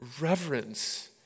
reverence